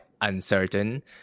uncertain